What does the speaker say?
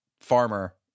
farmer